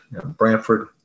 Brantford